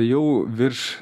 jau virš